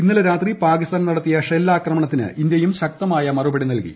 ഇന്നലെ രാത്രിയിൽ പാകിസ്ഥാൻ നടത്തിയ ഷെല്ലാക്രമണത്തിന് ഇന്ത്യയും ശക്തമായ മറുപടി നൽകി